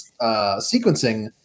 sequencing